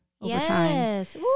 yes